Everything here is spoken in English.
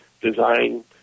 design